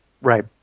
Right